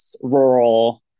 rural